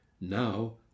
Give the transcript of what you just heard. Now